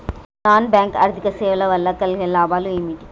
Non bank ఆర్థిక సేవల వల్ల కలిగే లాభాలు ఏమిటి?